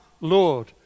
Lord